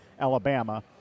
Alabama